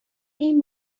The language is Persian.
این